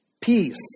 peace